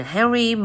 Henry